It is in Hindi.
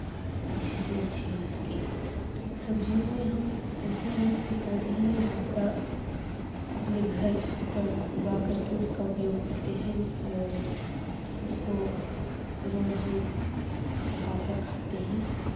अच्छे से अच्छे हो सके सब्जियों में हम ऐसे अनेक से पौधे हैं जिसका अपने घर पर उगा करके उसका उपयोग करते हैं और उसको रोज़ पकाकर खाते हैं